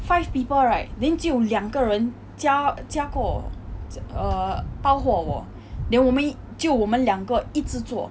five people right then 只有两个人加加过 err 包括我 then 我们只有我们两个一直做